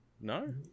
No